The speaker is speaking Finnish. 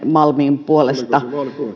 malmin puolesta